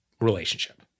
relationship